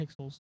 pixels